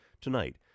Tonight